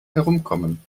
herumkommen